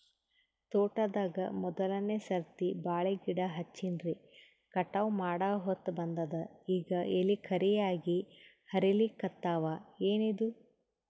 ತೋಟದಾಗ ಮೋದಲನೆ ಸರ್ತಿ ಬಾಳಿ ಗಿಡ ಹಚ್ಚಿನ್ರಿ, ಕಟಾವ ಮಾಡಹೊತ್ತ ಬಂದದ ಈಗ ಎಲಿ ಕರಿಯಾಗಿ ಹರಿಲಿಕತ್ತಾವ, ಏನಿದು?